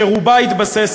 שרובה התבסס,